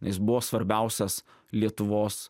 jis buvo svarbiausias lietuvos